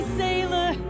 sailor